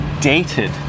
dated